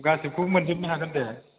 गासिबखौबो मोनजोबखागोन दे